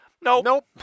Nope